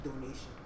donation